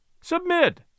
Submit